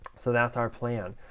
so that's our plan.